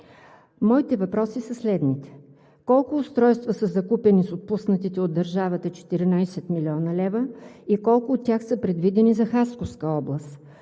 Моите въпроси са следните: Колко устройства са закупени с отпуснатите от държавата 14 млн. лв. и колко от тях са предвидени за Хасковска област?